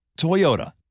Toyota